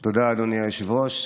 תודה, אדוני היושב-ראש.